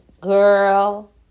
Girl